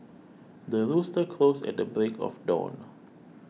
the rooster crows at the break of dawn